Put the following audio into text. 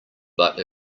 but